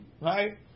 Right